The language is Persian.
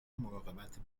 مراقبت